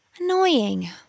Annoying